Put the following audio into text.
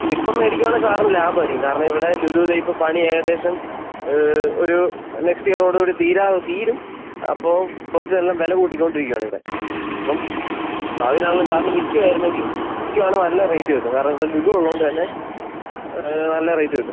ഇത് ഇപ്പോൾ മേടിക്കുകയാണെങ്കിൽ സാറിന് ലാഭം ആയിരിക്കും കാരണം ഇവിടെ ലുലു ദേ ഇപ്പോൾ പണി ഏകദേശം ഒരു നെക്സ്റ്റ് ഇയറോട് കൂടി തീര തീരും അപ്പോൾ പ്ലോട്ടിന് എല്ലാം വില കൂട്ടിക്കൊണ്ട് ഇരിക്കുകയാണ് ഇവിടെ അപ്പം അതിനും നല്ല സാറിന് വിൽക്കുകയായിരുന്നെങ്കിൽ വിൽക്കുകയാണ് നല്ല റേറ്റ് കിട്ടും കാരണം ഇവിടെ ലുലു ഉള്ളതുകൊണ്ട് തന്നെ നല്ല റേറ്റ് കിട്ടും